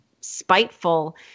spiteful